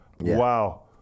wow